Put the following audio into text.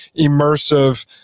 immersive